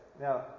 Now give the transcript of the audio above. Now